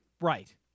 Right